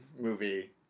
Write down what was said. movie